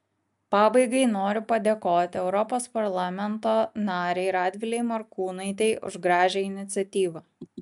pabaigai noriu padėkoti europos parlamento narei radvilei morkūnaitei už gražią iniciatyvą